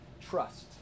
trust